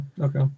Okay